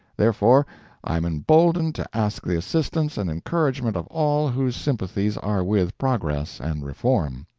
therefore i am emboldened to ask the assistance and encouragement of all whose sympathies are with progress and reform.